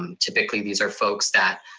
um typically these are folks that,